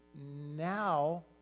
Now